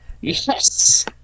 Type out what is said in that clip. Yes